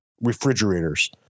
refrigerators